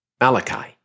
Malachi